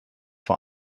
vor